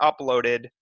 uploaded